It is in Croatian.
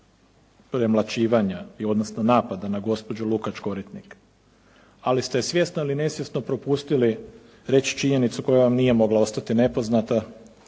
premlaćivanja, odnosno napada na gospođu Lukač Koritnik, ali ste svjestan i nesvjesno propustili reći činjenicu koja vam nije mogla ostati nepoznata